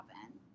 happen